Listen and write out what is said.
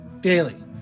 daily